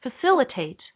Facilitate